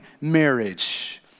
marriage